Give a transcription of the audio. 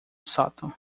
sótão